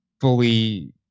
fully